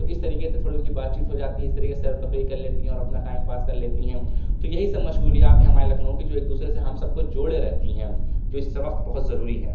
تو اِس طریقے سے تھوڑی اُن کی بات چیت ہو جاتی ہے اِس طریقے سے سیر و تفریح کر لیتی ہیں اور اپنا ٹائم پاس کر لیتی ہیں تو یہی سب مشغولیات ہیں ہمارے لکھنؤ کی جو ایک دوسرے سے ہم سب کو جوڑے رہتی ہیں جو اِس وقت بہت ضروری ہیں